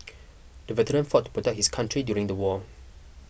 the veteran fought to protect his country during the war